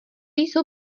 jsou